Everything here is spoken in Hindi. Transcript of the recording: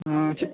हाँ छ